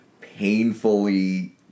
painfully